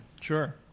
Sure